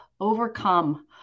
overcome